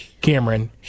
Cameron